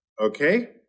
okay